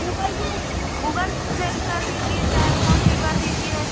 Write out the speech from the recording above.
Google pay Google sell कर दीजिए चाहे फोनपे कर दीजिए